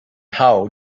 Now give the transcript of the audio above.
how